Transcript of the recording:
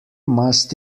must